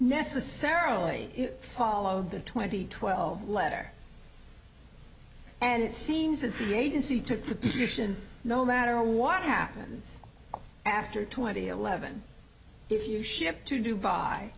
necessarily follow the twenty twelve letter and it seems that the agency took the position no matter what happens after twenty eleven if you ship to d